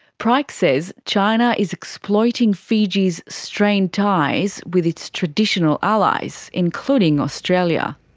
pryke says china is exploiting fiji's strained ties with its traditional allies, including australia.